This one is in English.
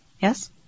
Yes